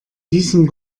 diesem